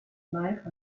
life